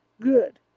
Good